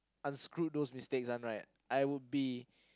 unscrewed those mistakes one right I would be